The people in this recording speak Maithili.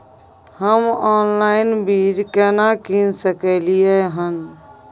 हम ऑनलाइन बीज केना कीन सकलियै हन?